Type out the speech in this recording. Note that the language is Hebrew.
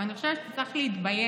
ואני חושבת שאתה צריך להתבייש